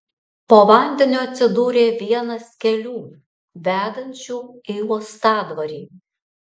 po vandeniu atsidūrė vienas kelių vedančių į uostadvarį